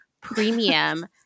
premium